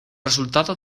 resultado